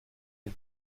est